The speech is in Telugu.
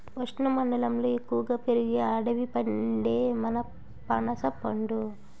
ఉష్ణమండలంలో ఎక్కువగా పెరిగే అడవి పండే మన పనసపండు